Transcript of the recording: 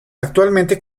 actualmente